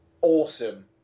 awesome